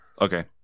Okay